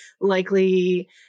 likely